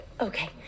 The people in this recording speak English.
Okay